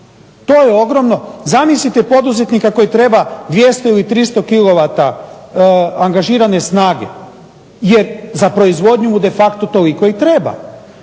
To je ogromno. Zamislite poduzetnika koji treba 200 ili 300 kilovata angažirane snage, jer za proizvodnju de facto toliko mu i treba.